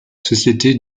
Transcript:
société